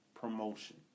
promotion